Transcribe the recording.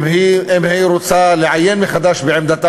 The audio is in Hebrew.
אם היא רוצה לעיין מחדש בעמדתה,